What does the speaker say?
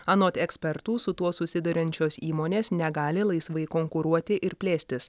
anot ekspertų su tuo susiduriančios įmonės negali laisvai konkuruoti ir plėstis